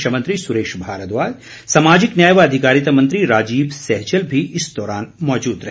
शिक्षा मंत्री सुरेश भारद्वाज सामाजिक न्याय व अधिकारिता मंत्री राजीव सैजल भी इस दौरान मौजूद रहे